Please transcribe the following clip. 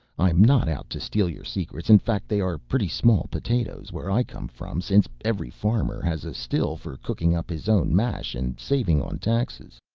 i'm not out to steal your secrets, in fact they are pretty small potatoes where i come from since every farmer has a still for cooking up his own mash and saving on taxes.